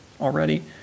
already